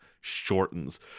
shortens